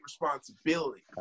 responsibility